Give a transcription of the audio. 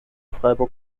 freiburg